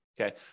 okay